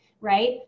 right